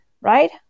right